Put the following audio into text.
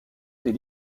des